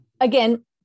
Again